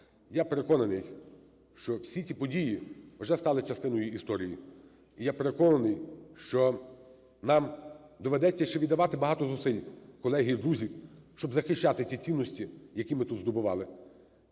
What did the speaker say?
Я переконаний, що всі ці події вже стали частиною історії. Я переконаний, що нам доведеться ще віддавати багато зусиль, колеги і друзі, щоб захищати ті цінності, які ми тут здобували.